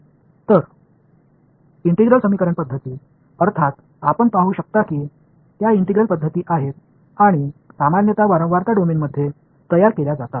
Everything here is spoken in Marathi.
तर इंटिग्रल समीकरण पद्धती अर्थात आपण पाहू शकता की त्या इंटिग्रल पद्धती आहेत आणि सामान्यत वारंवारता डोमेनमध्ये तयार केल्या जातात